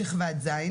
שכבת ז'.